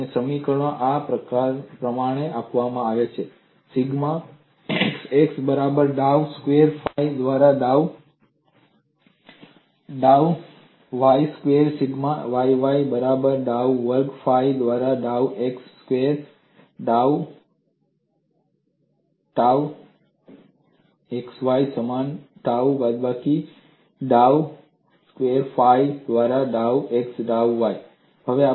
અને સમીકરણો આ પ્રમાણે આપવામાં આવે છે સિગ્મા xx બરાબર ડાઉ સ્ક્વેર ફાઇ દ્વારા ડાઉ y સ્ક્વેર સિગ્મા yy બરાબર ડાઉ વર્ગ ફાઇ દ્વારા ડાઉ x સ્ક્વેર ટાઉ xy સમાન ટાઉ બાદબાકી ડાઉ સ્ક્વેર ફાઇ દ્વારા ડાઉ x ડાઉ y